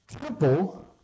temple